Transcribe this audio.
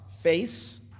face